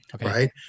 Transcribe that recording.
right